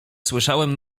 słyszałem